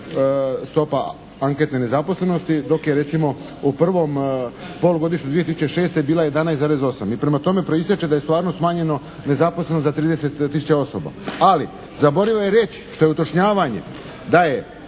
stopa anketne nezaposlenosti dok je recimo u prvom polugodištu 2006. bila 11,8. I prema tome proistječe da je stvarno smanjeno nezaposlenost za 30 tisuća osoba. Ali zaboravio je reći, što je utrošavanje, da je